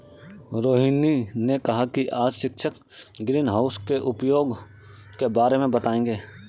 रोहिनी ने कहा कि आज शिक्षक ग्रीनहाउस के उपयोग के बारे में पढ़ाएंगे